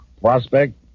Prospect